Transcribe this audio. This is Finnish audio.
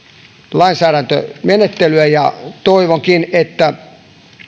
lainsäädäntömenettelyä ja toivonkin että